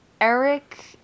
Eric